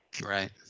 Right